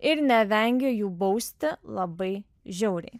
ir nevengė jų bausti labai žiauriai